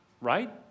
Right